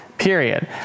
Period